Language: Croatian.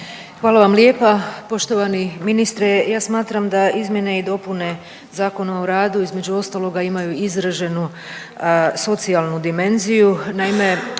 Hvala vam lijepa. Poštovani ministre, ja smatram da izmjene i dopune Zakona o radu između ostaloga imaju izraženu socijalnu dimenziju.